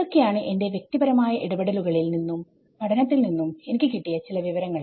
ഇതൊക്കെയാണ് എന്റെ വ്യക്തിപരമായ ഇടപെടലുകളിൽ നിന്നുംപഠനത്തിൽ നിന്നും എനിക്ക് കിട്ടിയ ചില വിവരങ്ങൾ